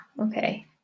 Okay